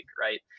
right